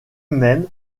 même